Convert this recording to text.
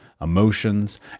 emotions